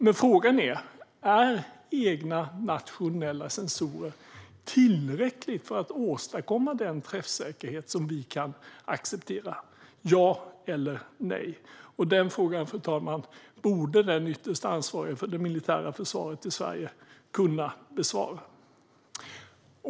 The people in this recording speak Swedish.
Men frågan är: Är egna nationella sensorer tillräckligt för att åstadkomma den träffsäkerhet som vi kan acceptera - ja eller nej? Den frågan, fru talman, borde den ytterst ansvarige för det militära försvaret i Sverige kunna besvara.